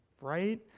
right